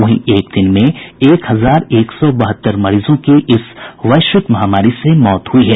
वहीं एक दिन में एक हजार एक सौ बहत्तर मरीजों की इस वैश्विक महामारी से मौत हुई है